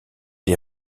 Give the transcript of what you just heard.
les